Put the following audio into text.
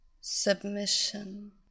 submission